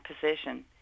position